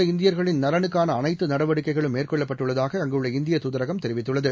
உள்ளஇந்தியர்களின் நலனுக்கானஅனைத்துநடவடிக்கைகளும் சவூதிஅரேபியாவில் மேற்கொள்ளப்பட்டுள்ளதாக அங்குள்ள இந்திய தூதரகம் தெரிவித்துள்ளது